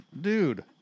Dude